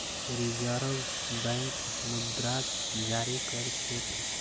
reserve bank मुद्राक जारी कर छेक